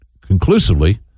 conclusively